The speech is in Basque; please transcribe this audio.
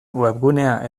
webgunea